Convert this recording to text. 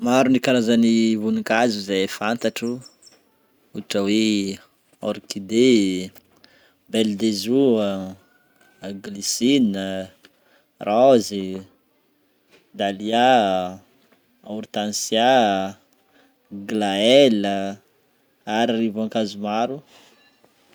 Maro ny karazan'ny vonin-kazo izay fantatro ôhatra hoe: orchidé, Belle de jour a, glisina, raozy, dhalia, hortencia a, glaëlle a, ary ry voankazo maro.